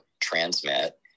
transmit